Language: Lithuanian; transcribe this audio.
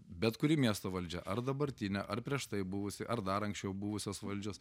bet kuri miesto valdžia ar dabartinė ar prieš tai buvusi ar dar anksčiau buvusios valdžios